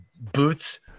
boots